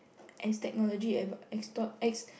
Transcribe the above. as technology ad~ extort